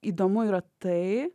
įdomu yra tai